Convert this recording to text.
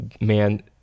man